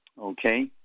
Okay